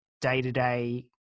day-to-day